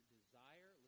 desire